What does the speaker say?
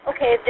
Okay